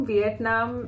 Vietnam